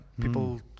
people